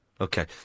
Okay